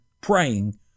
praying